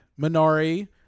Minari